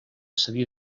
cedir